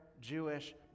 Jewish